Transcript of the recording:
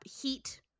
heat